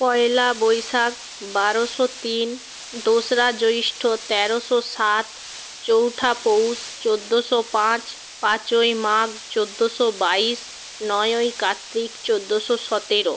পয়লা বৈশাখ বারোশো তিন দোসরা জ্যৈষ্ঠ তেরোশো সাত চৌঠা পৌষ চোদ্দশো পাঁচ পাঁচই মাঘ চোদ্দশো বাইশ নয়ই কার্তিক চোদ্দশো সতেরো